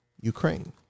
Ukraine